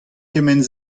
kement